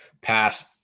pass